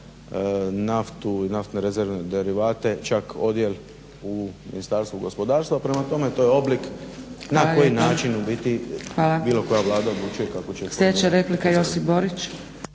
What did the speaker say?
naftu, naftne rezervne derivate čak odjel u Ministarstvu gospodarstva, prema tome to je oblik na koji način u biti bilo koja Vlada odlučuje kako će.